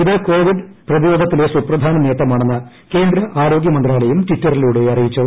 ഇത് കോവിഡ് പ്രതിരോധത്തിലെ സുപ്രധാന നേട്ടമാണെന്ന് കേന്ദ്ര ആരോഗ്യ മന്ത്രാലയം ട്വിറ്ററിലൂടെ അറിയിച്ചു